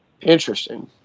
Interesting